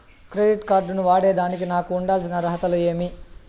Credit card ను వాడేదానికి నాకు ఉండాల్సిన అర్హతలు ఏమి?